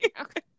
okay